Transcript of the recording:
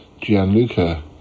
Gianluca